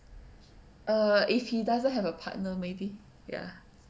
err if he doesn't have a partner maybe ya